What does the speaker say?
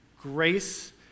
grace